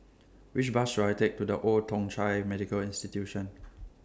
Which Bus should I Take to The Old Thong Chai Medical Institution